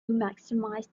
maximize